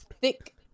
thick